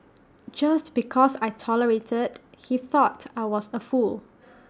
just because I tolerated he thought I was A fool